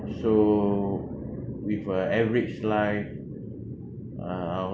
so with a average life uh I'm